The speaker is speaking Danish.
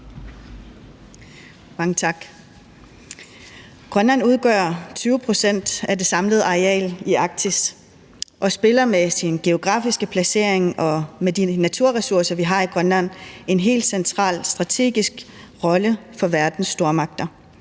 Mange tak. Grønland udgør 20 pct. af det samlede areal i Arktis og spiller med sin geografiske placering og med de naturressourcer, vi har i Grønland, en helt central strategisk rolle for verdens stormagter.